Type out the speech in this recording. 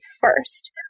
first